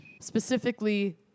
specifically